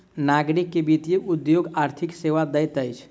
नागरिक के वित्तीय उद्योग आर्थिक सेवा दैत अछि